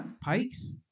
pikes